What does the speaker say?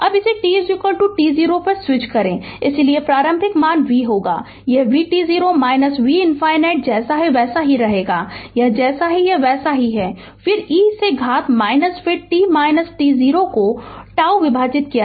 अब इसे t t0 पर स्विच करें इसलिए प्रारंभिक मान v होगा यह vt0 v ∞ जैसा है वैसा ही रहेगा यह जैसा है वैसा ही है फिर e से घात फिर t t0 को से τ विभाजित किया गया है